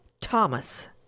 Thomas